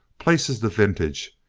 places the vintage,